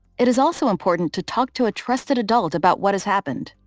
it is also important to talk to a trusted adult about what has happened.